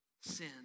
sin